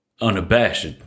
unabashed